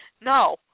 No